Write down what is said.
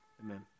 Amen